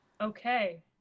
Okay